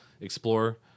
explore